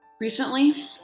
Recently